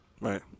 Right